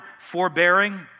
forbearing